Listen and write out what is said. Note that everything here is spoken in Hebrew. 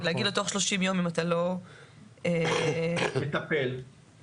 להגיד לו שאם תוך 30 ימים הוא לא יטפל הרכב ייגרר.